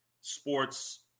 sports